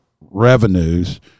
revenues